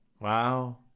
Wow